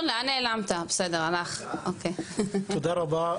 תודה רבה,